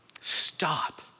stop